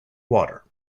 water